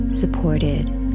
supported